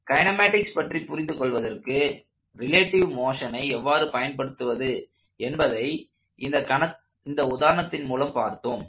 kinematics பற்றி புரிந்து கொள்வதற்கு ரிலேட்டிவ் மோஷனை எவ்வாறு பயன்படுத்துவது என்பதை இந்த உதாரணத்தின் மூலம் நாம் பார்த்தோம்